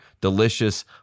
delicious